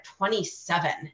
27